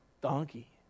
donkey